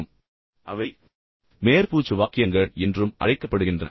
பெரும்பாலும் அவை மேற்பூச்சு வாக்கியங்கள் என்றும் அழைக்கப்படுகின்றன